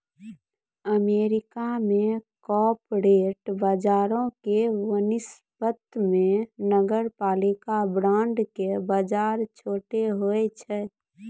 America मे corporate बजारो के वनिस्पत मे नगरपालिका बांड के बजार छोटो होय छै